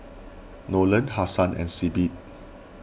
Nolen Hassan and Sibbie